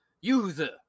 user